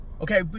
Okay